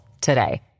today